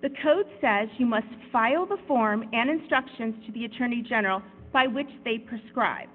the code says you must file the form and instructions to the attorney general by which they prescribe